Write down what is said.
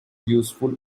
useful